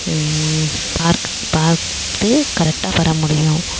பார்த் பார்த்து கரெக்ட்டாக வர முடியும்